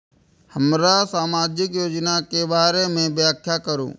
हमरा सामाजिक योजना के बारे में व्याख्या करु?